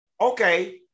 okay